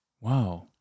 Wow